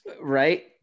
Right